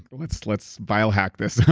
let's let's biohack this.